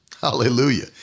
Hallelujah